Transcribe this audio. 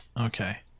Okay